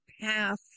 path